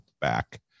back